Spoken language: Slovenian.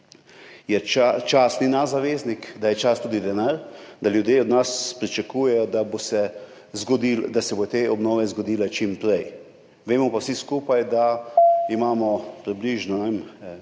čas ni naš zaveznik, da je čas tudi denar, da ljudje od nas pričakujejo, da se bodo te obnove zgodile čim prej, vsi skupaj pa vemo, da imamo približno,